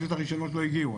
פשוט הרישיונות לא הגיעו,